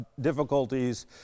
difficulties